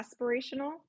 aspirational